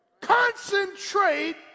Concentrate